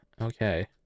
okay